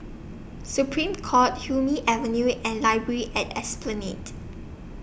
Supreme Court Hume Avenue and Library At Esplanade